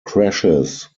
crashes